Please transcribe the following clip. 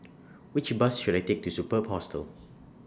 Which Bus should I Take to Superb Hostel